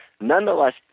Nonetheless